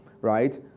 right